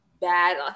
bad